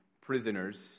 prisoners